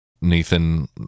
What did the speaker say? Nathan